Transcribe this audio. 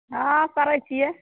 हँ करै छियै